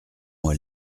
moi